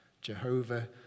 Jehovah